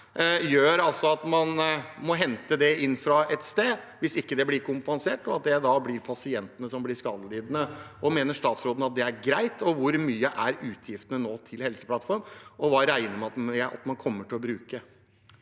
gjør at man må hente det inn fra et sted hvis det ikke blir kompensert – slik at det blir pasientene som blir skadelidende. Mener statsråden at det er greit? Hvor mye er utgiftene nå til Helseplattformen, og hva regner man med at man kommer til å bruke?